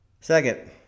Second